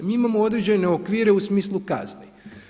Mi imamo određene okvir u smislu kazni.